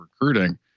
recruiting